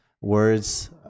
words